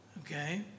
Okay